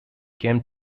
came